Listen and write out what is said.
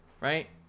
Right